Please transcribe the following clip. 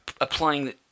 applying